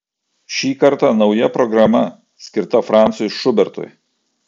šį kartą nauja programa skirta francui šubertui